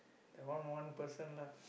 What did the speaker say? that one one person lah